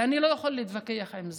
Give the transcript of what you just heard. ואני לא יכול להתווכח על זה.